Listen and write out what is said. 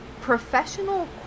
professional